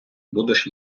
будеш